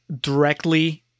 directly